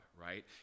right